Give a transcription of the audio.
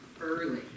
early